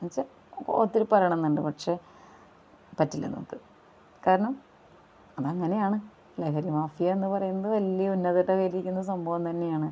എന്ന് വെച്ചാൽ ഒത്തിരി പറയണമെന്നുണ്ട് പക്ഷെ പറ്റില്ല നമുക്ക് കാരണം അതങ്ങനെയാണ് ലഹരിമാഫിയ എന്ന് പറയുന്നത് വലിയ ഉന്നതരുടെ കൈയിലിരിയ്ക്കുന്ന സംഭവം തന്നെയാണ്